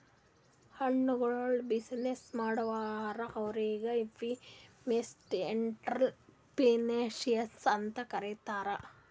ಹೆಣ್ಮಕ್ಕುಳ್ ಬಿಸಿನ್ನೆಸ್ ಮಾಡುರ್ ಅವ್ರಿಗ ಫೆಮಿನಿಸ್ಟ್ ಎಂಟ್ರರ್ಪ್ರಿನರ್ಶಿಪ್ ಅಂತ್ ಕರೀತಾರ್